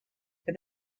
for